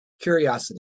Curiosity